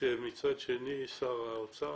כשמצד שני שר האוצר